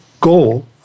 goal